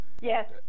Yes